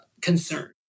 concern